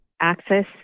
Access